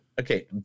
Okay